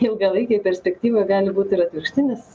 ilgalaikėj perspektyvoj gali būti ir atvirkštinis